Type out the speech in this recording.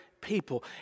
people